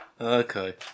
Okay